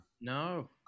No